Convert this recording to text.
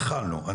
התחלנו בזה,